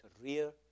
career